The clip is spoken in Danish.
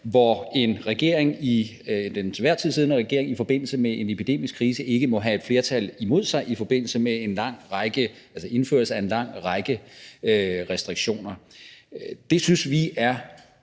hvor den til enhver tid siddende regering i forbindelse med en epidemisk krise ikke må have et flertal imod sig i forbindelse med indførelse af en lang række restriktioner. Det synes vi er